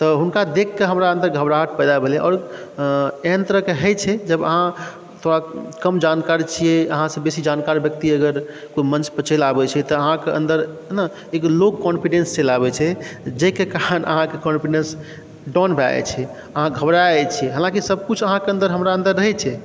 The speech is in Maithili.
तऽ हुनका देखके हमरा अन्दर घबराहट पैदा भेलै आओर एहन तरहके होइ छै जब अहाँ थोड़ा कम जानकार छिए अहाँसँ बेसी जानकार व्यक्ति अगर कोइ मंचपर चलि आबै छै तऽ अहाँके अन्दर ने एगो लो कॉन्फिडेन्स चलि आबै छै जाहिके कारण अहाँके कॉन्फिडेन्स डाउन भऽ जाइ छै अहाँ घबरा जाइ छिए हालाँकि सबकुछ अहाँके अन्दर हमरा अन्दर रहै छै